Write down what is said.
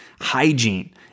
hygiene